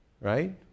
Right